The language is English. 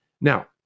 Now